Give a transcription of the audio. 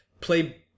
play